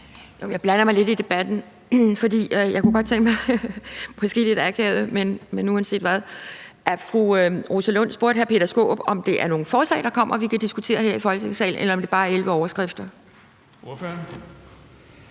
Jeg blander mig måske lidt akavet i debatten, fordi jeg godt kunne tænke mig, at fru Rosa Lund spurgte hr. Peter Skaarup, om det er nogle forslag, der kommer, og som vi kan diskutere her i Folketingssalen, eller om det bare 11 overskrifter.